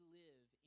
live